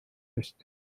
ist